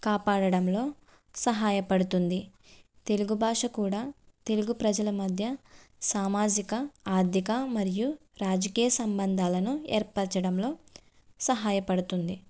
కాపాడడంలో సహాయపడుతుంది తెలుగు భాష కూడా తెలుగు ప్రజల మధ్య సామాజిక ఆర్థిక మరియు రాజకీయ సంబంధాలను ఏర్పరచడంలో సహాయపడుతుంది